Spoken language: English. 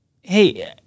Hey